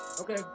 Okay